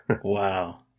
wow